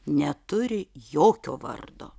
neturi jokio vardo